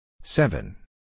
Seven